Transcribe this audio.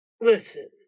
Listen